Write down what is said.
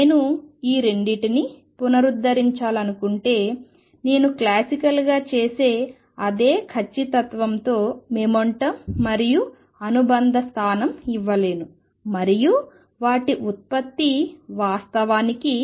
నేను రెండిటిని పునరుద్దరించాలనుకుంటే నేను క్లాసికల్గా చేసే అదే ఖచ్చితత్వంతో మొమెంటం మరియు అనుబంధ స్థానం ఇవ్వలేను మరియు వాటి ఉత్పత్తి వాస్తవానికి